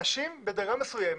אנשים בדרגה מסוימת,